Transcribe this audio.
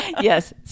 Yes